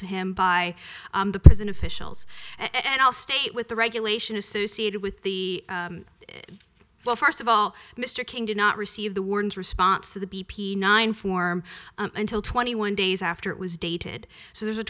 to him by the prison officials and all state with the regulation associated with the well first of all mr king did not receive the warrant response to the b p nine form until twenty one days after it was dated so there's a